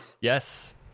Yes